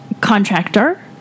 contractor